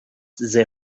their